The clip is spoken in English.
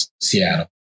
Seattle